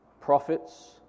prophets